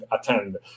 attend